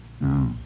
No